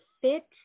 fit